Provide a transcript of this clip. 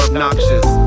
Obnoxious